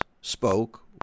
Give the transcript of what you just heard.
spoke